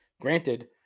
Granted